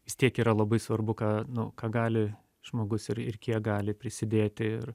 vis tiek yra labai svarbu ką nu ką gali žmogus ir ir kiek gali prisidėti ir